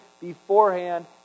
beforehand